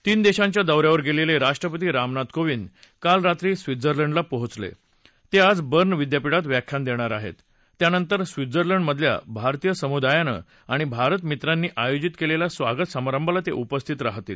तीन दर्शाच्या दौ यावर गर्लिद्वाजेष्ट्रपती रामनाथ कोविंद काल रात्री स्वित्झर्लंडला पोचला ते आज बर्न विद्यापिठात व्याख्यान दध्यिर आहर्त त्यानंतर स्वित्झर्लंडमधल्या भारतीय समुदायानं आणि भारतमित्रांनी आयोजित क्विल्खा स्वागत समारंभाला तउिपस्थित राहतील